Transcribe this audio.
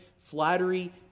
flattery